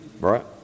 right